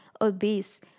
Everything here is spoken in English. obese